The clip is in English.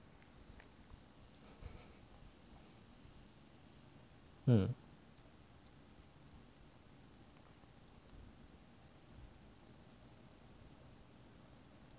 嗯